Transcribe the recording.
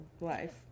Life